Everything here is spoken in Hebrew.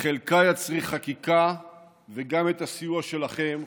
וחלקה יצריך חקיקה וגם את הסיוע שלכם,